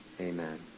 Amen